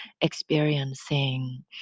experiencing